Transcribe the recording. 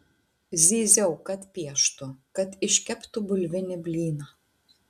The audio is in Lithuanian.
zyziau kad pieštų kad iškeptų bulvinį blyną